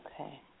Okay